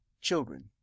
children